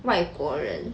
外国人